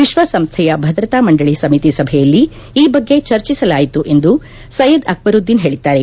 ವಿಶ್ವಸಂಸ್ಥೆಯ ಭದ್ರತಾ ಮಂಡಳ ಸಮಿತಿ ಸಭೆಯಲ್ಲಿ ಈ ಬಗ್ಗೆ ಚರ್ಚಿಸಲಾಯಿತು ಎಂದು ಸೈಯದ್ ಅಕ್ಷರುದ್ವಿನ್ ಹೇಳಿದ್ದಾರೆ